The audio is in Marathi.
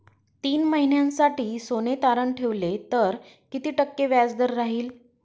तीन महिन्यासाठी सोने तारण ठेवले तर किती टक्के व्याजदर राहिल?